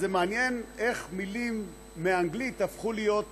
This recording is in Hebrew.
אז זה מעניין איך מילים מאנגלית הפכו להיות